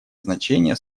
значение